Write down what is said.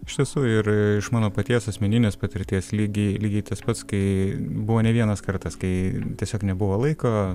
iš tiesų ir iš mano paties asmeninės patirties lygiai lygiai tas pats kai buvo ne vienas kartas kai tiesiog nebuvo laiko